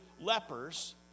lepers